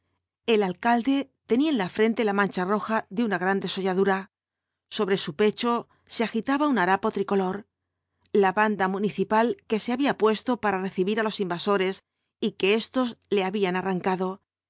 el alcalde tenía en la frente la mancha roja de una gran desolladura sobre su pecho se agitaba un harapo tricolor la banda municipal que se había puesto para recibir á los invasores y que éstos le habían arrancado